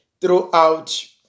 throughout